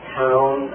town